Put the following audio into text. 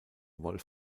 wolf